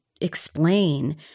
explain